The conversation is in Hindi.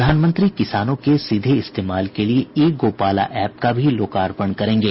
प्रधानमंत्री किसानों के सीधे इस्तेमाल के लिए ई गोपाला ऐप का भी लोकार्पण करेंगे